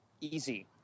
easy